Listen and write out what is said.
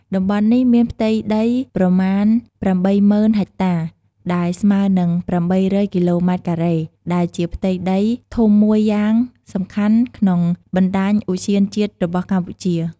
តំបន់នេះមានផ្ទៃដីប្រមាណ ៨០,០០០ ហិចតា ដែលស្មើនឹង ៨០០ គីឡូម៉ែត្រការ៉េ ដែលជាផ្ទៃដីធំមួយយ៉ាងសំខាន់ក្នុងបណ្តាញឧទ្យានជាតិរបស់កម្ពុជា។